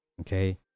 Okay